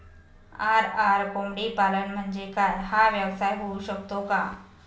RR कोंबडीपालन म्हणजे काय? हा व्यवसाय होऊ शकतो का?